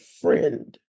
friend